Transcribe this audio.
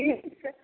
ठीक छै